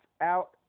out